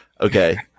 Okay